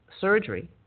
surgery